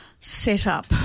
setup